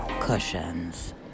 cushions